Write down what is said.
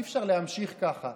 אי-אפשר להמשיך ככה.